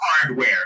hardware